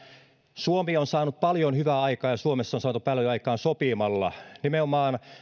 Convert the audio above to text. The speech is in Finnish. suomi on saanut paljon hyvää aikaan ja suomessa on saatu paljon aikaan sopimalla nimenomaan